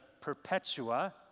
Perpetua